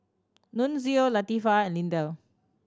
Nunzio Latifah and Lindell